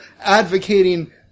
advocating